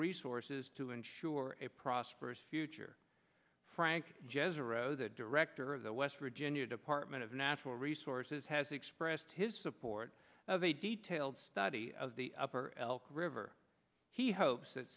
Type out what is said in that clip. resources to ensure a prosperous future frank jazz a row the director of the west virginia department of natural resources has expressed his support of a detailed study of the upper elk river he ho